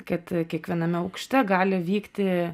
kad kiekviename aukšte gali vykti